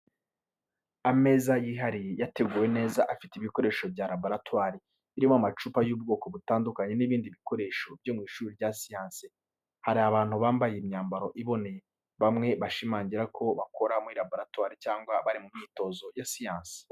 Ameza yihariye yateguwe neza afite ibikoresho bya laboratwari birimo amacupa y’ubwoko butandukanye n'ibindi bikoresho byo mu ishuri rya siyansi. Hari abantu bambaye imyambaro iboneye, bamwe bashimangira ko bakora muri laboratwari cyangwa bari mu myitozo ya siyansi.